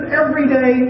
everyday